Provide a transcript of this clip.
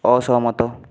ଅସହମତ